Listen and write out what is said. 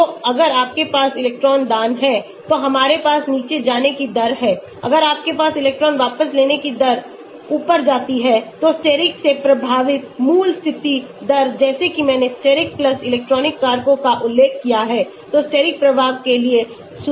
तो अगर आपके पास इलेक्ट्रॉन दान है तो हमारे पास नीचे जाने की दर है अगर आपके पास इलेक्ट्रॉन वापस लेने की दर ऊपर जाती हैतो steric से प्रभावित मूल स्थिति दर जैसे कि मैंने steric इलेक्ट्रॉनिक कारकों का उल्लेख किया हैतो steric प्रभाव के लिए सुधार के बाद sigma1 दें